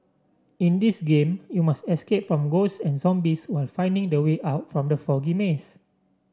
in this game you must escape from ghosts and zombies while finding the way out from the foggy maze